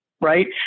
right